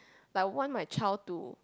like I want my child to